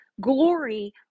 glory